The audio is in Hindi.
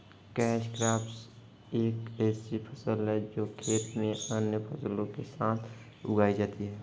कैच क्रॉप एक ऐसी फसल है जो खेत में अन्य फसलों के साथ उगाई जाती है